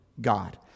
God